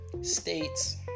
states